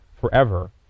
forever